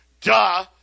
Duh